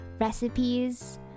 recipes